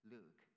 Look